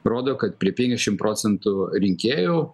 rodo kad prie penkiasdešim procentų rinkėjų